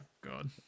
god